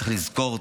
צריך לזכור,